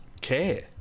care